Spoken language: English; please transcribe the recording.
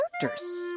characters